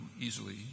easily